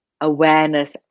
awareness